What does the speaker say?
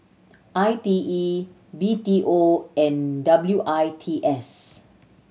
I T E B T O and W I T S